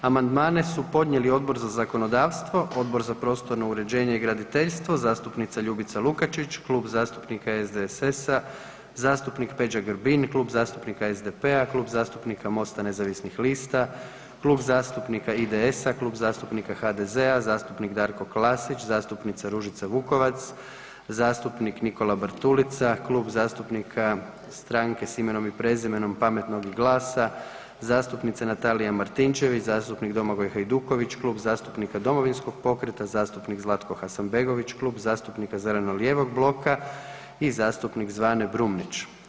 Amandmane su podnijeli Odbor za zakonodavstvo, Odbor za prostorno uređenje i graditeljstvo, zastupnica Ljubica Lukačić, Klub zastupnika SDSS-a, zastupnik Peđa Grbin, Klub zastupnika SDP-a, Klub zastupnika Mosta nezavisnih lista, Klub zastupnika IDS-a, Klub zastupnika HDZ-a, zastupnik Darko Klasić, zastupnica Ružica Vukovac, zastupnik Nikola Bartulica, Klub zastupnika Stranke s imenom i prezimenom Pemetnog i GLAS-a, zastupnica Natalija Martinčević, zastupnik Domagoj Hajduković, Klub zastupnika Domovinskog pokreta, zastupnik Zlatko Hasanbegović, Klub zastupnika zeleno-lijevog bloka i zastupnik Zvane Brumnić.